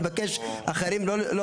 אני יודע שצה"ל עושה הרבה אבל אני חושב שהוא